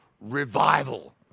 Revival